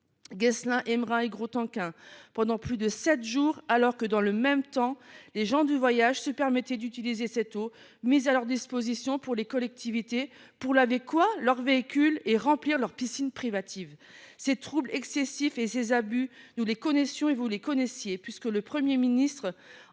Guessling-Hémering et Grostenquin pendant plus de sept jours, alors que, dans le même temps, les gens du voyage se permettaient d’utiliser cette eau, mise à leur disposition par les collectivités, pour – excusez du peu !– laver leurs véhicules et remplir leurs piscines privatives ? Ces troubles excessifs et ces abus, nous les connaissions et vous les connaissiez, puisque le Premier ministre